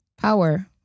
power